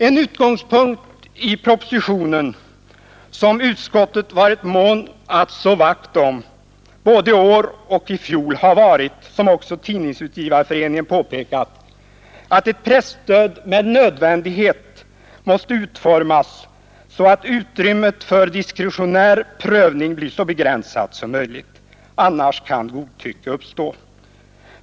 En utgångspunkt i propositionen som utskottet varit mån om att slå vakt om både i år och i fjol har varit, som också TU påpekat, att ett presstöd med nödvändighet måste utformas så att utrymmet för diskretionär prövning blir så begränsat som möjligt. Annars kan godtycke uppstå.